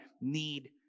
need